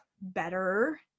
better